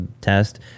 test